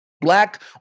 Black